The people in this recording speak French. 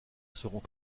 seront